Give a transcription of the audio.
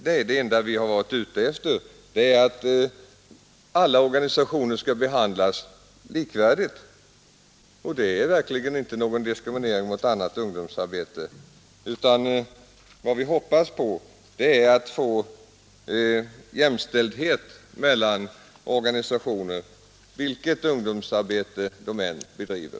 Det enda vi har strävat efter är att alla organisationer skall behandlas likvärdigt, och det är verkligen inte någon diskriminering av annat ungdomsarbete. Vad vi hoppas på är i stället att få en jämställdhet mellan olika organisationer, vilket ungdomsarbete de än bedriver.